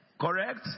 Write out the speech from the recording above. Correct